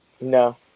No